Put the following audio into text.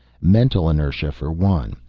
mental inertia for one.